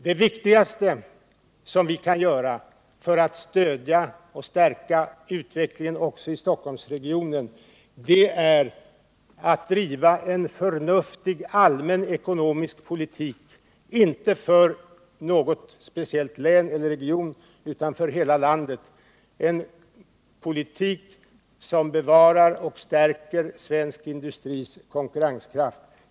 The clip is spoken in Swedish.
Det viktigaste vi kan göra för att stödja och stärka utvecklingen också i Stockholmsregionen är att bedriva en förnuftig allmän ekonomisk politik, inte för någon speciell region utan för hela landet, en politik som bevarar och stärker industrins konkurrenskraft.